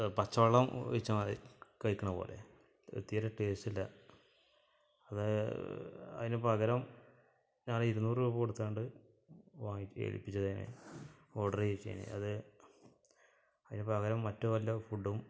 പച്ചവെള്ളം ഒഴിച്ച മാതിരി കയ്ക്കുന്ന പോലെ ഒര് തീരെ ടേസ്റ്റില്ല അതായ് അതിന് പകരം ഞാൻ ഒരു ഇരുന്നൂറ് രൂപ കൊടുത്തു വാങ്ങി ഏൽപ്പിച്ചതായിരുന്നു ഓർഡർ ചെയ്യിച്ചതിന് അത് പകരം മറ്റ് വല്ല ഫുഡ്ഡും